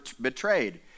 betrayed